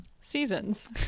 seasons